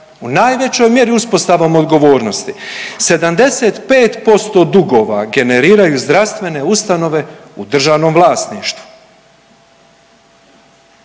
u najvećoj mjeri uspostavom odgovornosti. 75% dugova generiraju zdravstvene ustanove u državnom vlasništvu.